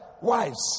wives